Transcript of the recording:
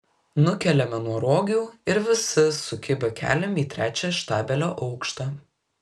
nukeliame nuo rogių ir visi sukibę keliam į trečią štabelio aukštą